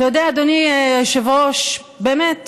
אתה יודע, אדוני היושב-ראש, באמת,